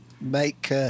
make